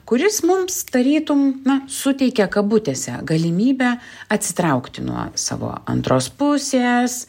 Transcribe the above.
kuris mums tarytum na suteikia kabutėse galimybę atsitraukti nuo savo antros pusės